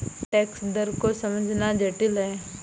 tax दर को समझना जटिल है